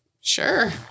Sure